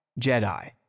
jedi